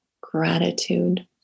gratitude